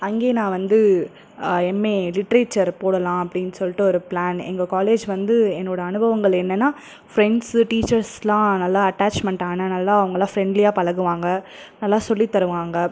அங்கேயே நான் வந்து எம்ஏ லிட்ரேச்சர் போடலாம் அப்படீன்னு சொல்லிட்டு ஒரு ப்ளான் எங்கள் காலேஜ் வந்து என்னோடய அனுபவங்கள் என்னென்னா ஃப்ரெண்ட்ஸு டீச்சர்ஸ்லாம் நல்லா அட்டாச்மண்டான நல்லா அவங்களா ஃப்ரெண்ட்லியாக பழகுவாங்க நல்லா சொல்லித்தருவங்கள்